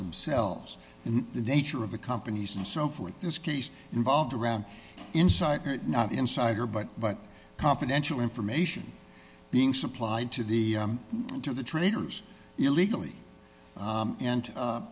themselves and the nature of the companies and so forth this case involved around inside not insider but but confidential information being supplied to the to the traders illegally and